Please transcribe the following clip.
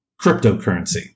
cryptocurrency